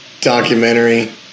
documentary